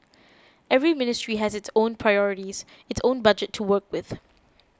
every ministry has its own priorities its own budget to work with